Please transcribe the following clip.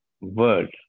word